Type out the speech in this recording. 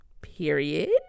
period